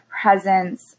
presence